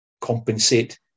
compensate